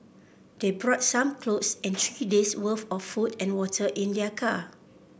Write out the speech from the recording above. they brought some clothes and three days worth of food and water in their car